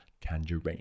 tangerine